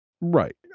Right